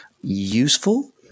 Useful